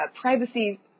privacy